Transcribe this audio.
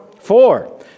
Four